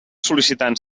sol·licitant